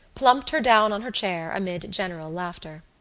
plumped her down on her chair amid general laughter.